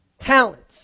talents